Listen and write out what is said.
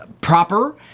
proper